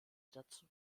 dazu